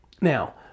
Now